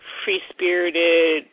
free-spirited